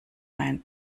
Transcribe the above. ein